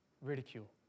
ridicule